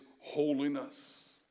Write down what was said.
holiness